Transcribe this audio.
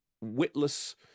witless